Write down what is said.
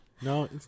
No